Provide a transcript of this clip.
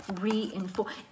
reinforce